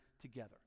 together